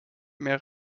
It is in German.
mehr